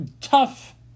tough